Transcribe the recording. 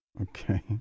Okay